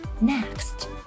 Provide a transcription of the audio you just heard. Next